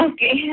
Okay